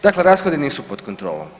Dakle, rashodi nisu pod kontrolom.